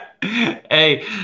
hey